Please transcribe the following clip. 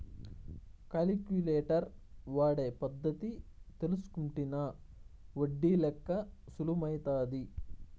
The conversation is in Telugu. కాలిక్యులేటర్ వాడే పద్ధతి తెల్సుకుంటినా ఒడ్డి లెక్క సులుమైతాది